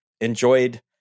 enjoyed